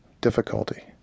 difficulty